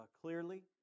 clearly